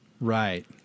Right